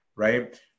right